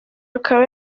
akaba